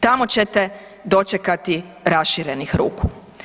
Tamo će te dočekati raširenih ruku.